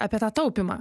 apie tą taupymą